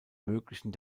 möglichen